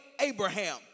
Abraham